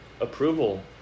approval